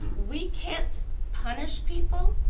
we can't punish people